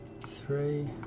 three